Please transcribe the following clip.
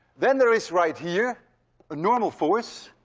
then there is right here a normal force,